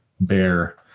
bear